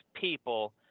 people